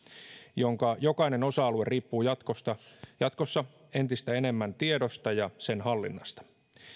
jonka jokainen osa alue riippuu jatkossa jatkossa entistä enemmän tiedosta ja sen hallinnasta